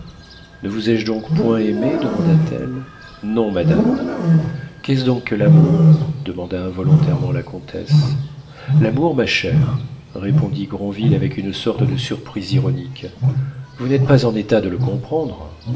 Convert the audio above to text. ne vous ai-je donc point aimé demanda-t-elle non madame qu'est-ce donc que l'amour demanda involontairement la comtesse l'amour ma chère répondit granville avec une sorte de surprise ironique vous n'êtes pas en état de le comprendre